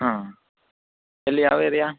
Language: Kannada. ಹಾಂ ಎಲ್ಲಿ ಯಾವ ಏರಿಯಾ